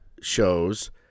shows